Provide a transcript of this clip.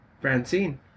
Francine